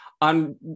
on